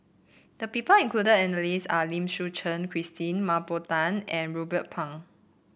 the people included in the list are Lim Suchen Christine Mah Bow Tan and Ruben Pang